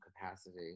capacity